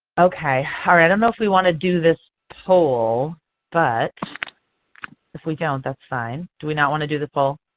okay, i don't know if we want to do this poll but if we don't that's fine. do we not want to do the poll?